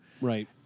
Right